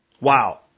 Wow